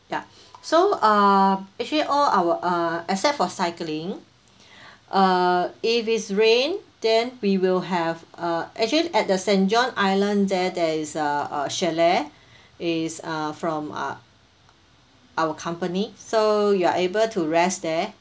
ya so uh actually all our uh except for cycling uh if it's rain then we will have uh actually at the saint john island there there is a uh chalet is uh from uh our company so you are able to rest there